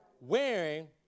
wearing